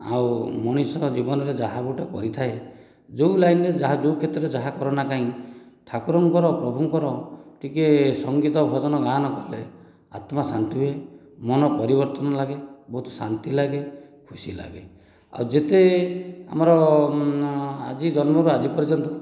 ଆଉ ମଣିଷ ଜୀବନରେ ଯାହା ଗୋଟିଏ କରିଥାଏ ଯେଉଁ ଲାଇନ୍ରେ ଯାହା ଯେଉଁ କ୍ଷେତ୍ରରେ ଯାହା କର ନା କାହିଁକି ଠାକୁରଙ୍କର ପ୍ରଭୁଙ୍କର ଟିକେ ସଙ୍ଗୀତ ଭଜନ ଗାନ କଲେ ଆତ୍ମାଶାନ୍ତି ହୁଏ ମନ ପରିବର୍ତ୍ତନ ଲାଗେ ବହୁତ ଶାନ୍ତି ଲାଗେ ଖୁସି ଲାଗେ ଆଉ ଯେତେ ଆମର ଆଜି ଜନ୍ମରୁ ଆଜି ପର୍ଯ୍ୟନ୍ତ